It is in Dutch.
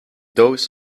doos